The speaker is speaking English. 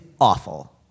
awful